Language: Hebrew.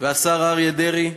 לשר אריה דרעי,